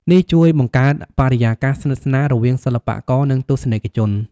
នេះជួយបង្កើតបរិយាកាសស្និទ្ធស្នាលរវាងសិល្បករ និងទស្សនិកជន។